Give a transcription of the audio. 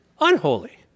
Unholy